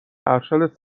ارشد